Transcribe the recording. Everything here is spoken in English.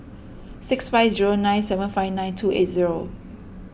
six five zero nine seven five nine two eight zero